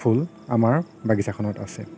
ফুল আমাৰ বাগিছাখনত আছে